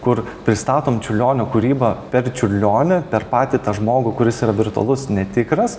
kur pristatom čiurlionio kūrybą per čiurlionį per patį tą žmogų kuris yra virtualus netikras